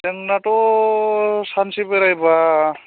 जोंनाथ' सानसे बेरायब्ला